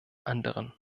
anderen